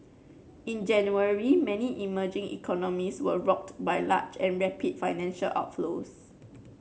in January many emerging economies were rocked by large and rapid financial outflows